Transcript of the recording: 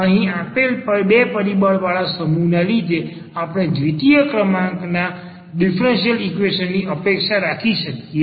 અહીં આવેલા બે પરિબળવાળા સમહુ ના લીધે આપણે દ્વિતીય ક્રમના ડીફરન્સીયલ ઈક્વેશન ની અપેક્ષા રાખી શકીએ